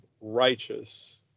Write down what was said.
righteous